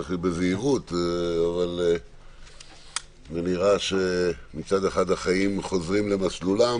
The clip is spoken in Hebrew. צריך לנהוג בזהירות אבל נראה שמצד אחד החיים חוזרים למסלולם